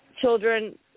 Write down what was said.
Children